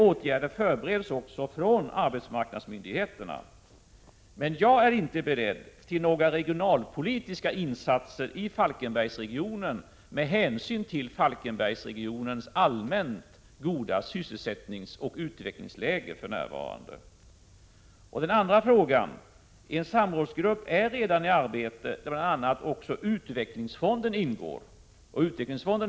Åtgärder förbereds också från arbetsmarknadsmyndigheterna, men jag är inte beredd till några regionalpolitiska insatser i Falkenbergsregionen med hänsyn till att den för närvarande har ett allmänt gott sysselsättningsoch utvecklingsläge. Som svar på den andra frågan vill jag säga att en samrådsgrupp redan är i arbete, och i denna grupp ingår bl.a. också utvecklingsfonden.